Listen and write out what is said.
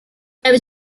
there